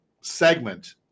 segment